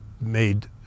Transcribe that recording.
made